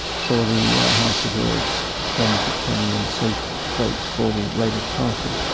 for the house of lords, friends of tony and safe votes for the labour party,